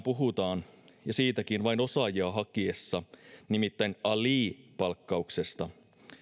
puhutaan ja siitäkin vain osaajia hakiessa nimittäin ali palkkauksesta